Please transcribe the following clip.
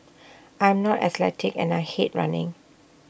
I'm not athletic and I hate running